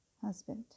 husband